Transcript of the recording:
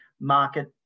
market